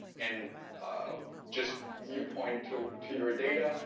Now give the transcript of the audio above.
and just you point to to your data.